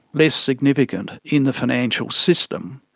less significant in the financial system.